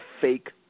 fake